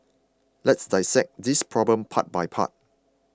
let's dissect this problem part by part